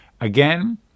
Again